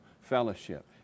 fellowship